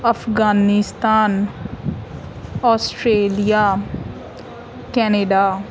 Afghanistan Australia Canada